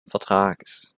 vertrages